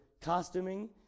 costuming